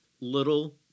little